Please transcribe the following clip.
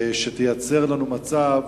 שתייצר לנו מצב